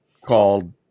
called